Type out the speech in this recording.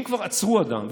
אם כבר עצרו אדם,